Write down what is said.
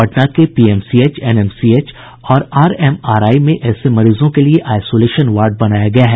पटना के PMCH NMCH और RMRI में ऐसे मरीजों के लिए आईसोलेशन वार्ड बनाया गया है